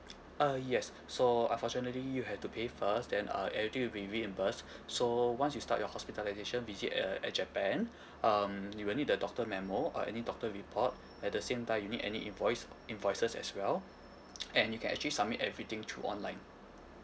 uh yes so unfortunately you have to pay first then uh everything will be reimbursed so once you start your hospitalisation visit uh at japan um you will need the doctor memo uh any doctor report at the same time you need any invoice invoices as well and you can actually submit everything through online